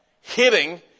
hitting